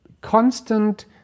constant